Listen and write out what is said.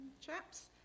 chaps